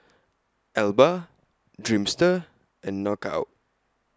Alba Dreamster and Knockout